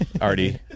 Artie